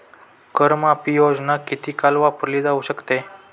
कर माफी योजना किती काळ वापरली जाऊ शकते?